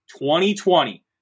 2020